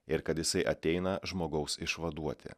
ir kad jisai ateina žmogaus išvaduoti